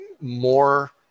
more